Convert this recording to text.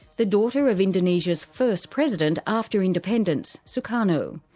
the daughter of indonesia's first president after independence, soekarno.